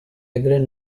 agreed